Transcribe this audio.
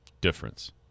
difference